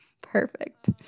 perfect